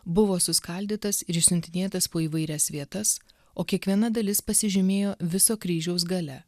buvo suskaldytas ir išsiuntinėtas po įvairias vietas o kiekviena dalis pasižymėjo viso kryžiaus galia